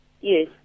Yes